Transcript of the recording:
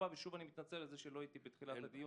ושוב אני מתנצל שלא הייתי בתחילת הדיון.